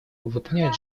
выполняют